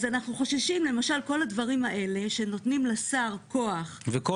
כל הדברים האלה שנותנים לשר כוח --- ועל